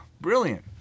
brilliant